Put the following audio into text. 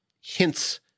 hints